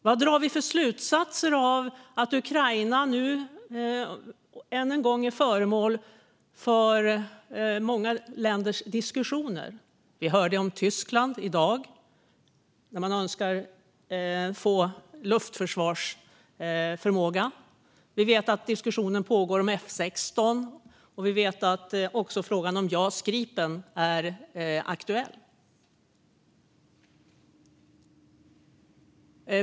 Vilka slutsatser drar vi av att Ukraina nu än en gång är föremål för många länders diskussioner? Vi hörde i dag om Tyskland där man önskar luftförsvarsförmåga. Vi vet att diskussioner pågår om F16 och även att frågan om Jas Gripen är aktuell.